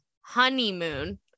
honeymoon